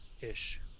ish